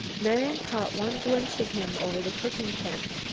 marian caught one glimpse of him over the cooking tent.